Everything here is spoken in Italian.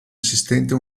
assistente